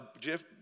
Jeff